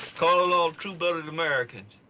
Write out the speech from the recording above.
calling all true-blooded americans.